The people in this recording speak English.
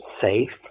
safe